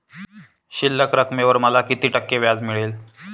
शिल्लक रकमेवर मला किती टक्के व्याज मिळेल?